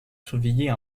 surveiller